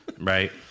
Right